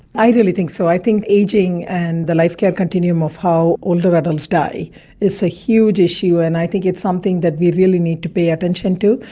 i really think so, i think ageing and the life care continuum of how older adults die is a huge issue, and i think it's something that we really need to pay attention to.